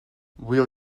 will